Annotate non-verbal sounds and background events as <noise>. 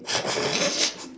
<laughs>